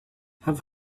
have